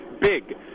Big